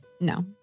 No